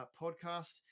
podcast